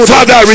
Father